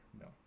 no